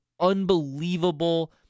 unbelievable